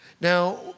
Now